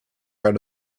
round